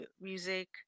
music